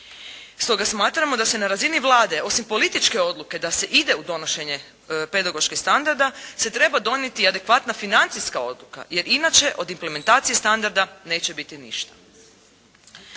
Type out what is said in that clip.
Stoga smatramo da se na razini Vlade, osim političke odluke, da se ide u donošenje pedagoških standarda, se treba donijeti i adekvatna financijska odluka, jer inače od implementacije standarda neće biti ništa.